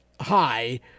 high